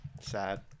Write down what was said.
Sad